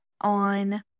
on